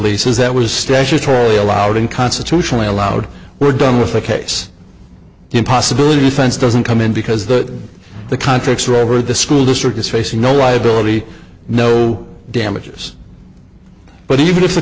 lease is that was statutory allowed in constitutionally allowed were done with a case in possibility fence doesn't come in because that the contracts are over the school district is facing no liability no damages but even if the